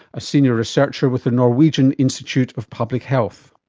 a senior researcher with the norwegian institute of public health.